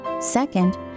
Second